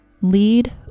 Lead